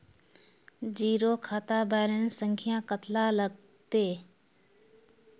Zero खाता balance संख्या कतला लगते?